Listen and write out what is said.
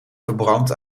verbrand